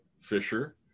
Fisher